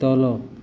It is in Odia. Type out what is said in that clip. ତଳ